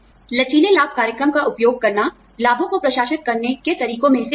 लचीले लाभ कार्यक्रम का उपयोग करना लाभों को प्रशासित करने के तरीकों में से एक है